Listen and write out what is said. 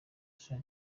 ste